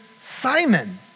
Simon